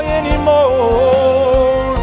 anymore